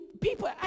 people